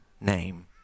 name